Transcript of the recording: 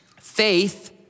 faith